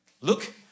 Look